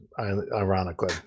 ironically